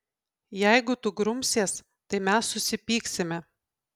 jeigu tu grumsies tai mes susipyksime